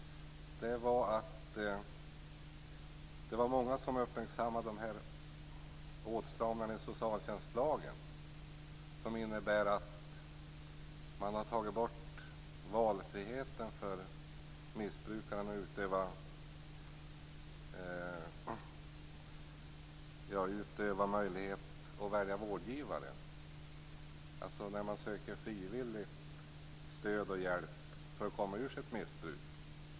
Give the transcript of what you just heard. Det var också många som i hearingen uppmärksammade den åtstramade socialtjänstlagen. Man har tagit bort missbrukarnas frihet att välja vårdgivare när de frivilligt söker stöd och hjälp för att komma ut ur sitt missbruk.